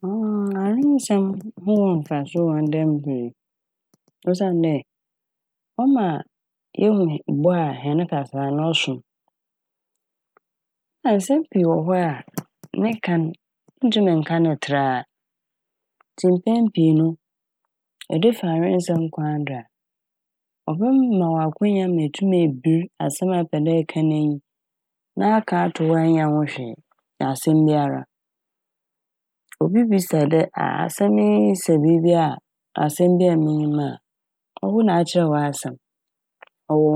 Awensɛm ho wɔ mfaso wɔ ndɛ mber yi osiandɛ ɔma yehu bo a hɛn kasaa no ɔsom na nsɛm pii wɔ hɔ a ne ka n' yenntum nnka n' ne tseraa ntsi mpɛn pii no yɛde fa awensɛm kwan do a ɔbɛma wo akwanya ma etum ebir asɛm a epɛ dɛ eka n'enyi na aka ato hɔ a nnyɛ ho hwee asɛm biara. Obi bisa dɛ a asɛm yi sɛ biibi a asɛm bi a minyim a ɔwo na akyerɛw w'asɛm ɔwɔ